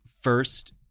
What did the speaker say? first